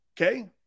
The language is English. Okay